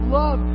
love